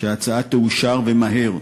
שההצעה תאושר, ומהר,